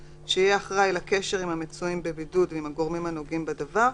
שיהיה אחראי על הקשר עם המצויים בבידוד ועם הגורמים הנוגעים בדבר,